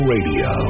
Radio